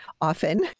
often